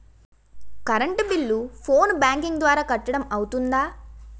Current bill phone banking ద్వారా కట్టడం అవ్తుందా?